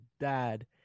dad